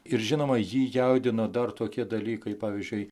ir žinoma jį jaudino dar tokie dalykai pavyzdžiui